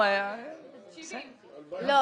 70%. רגע לימור,